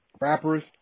rappers